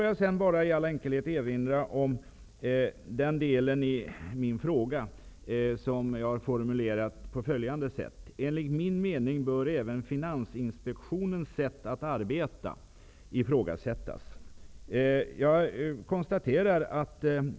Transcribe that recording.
Jag vill erinra om det avsnitt i min fråga som jag formulerade på följande sätt: ''Enligt min mening bör även Finansinspektionens ''sätt att arbeta' ifrågasättas.''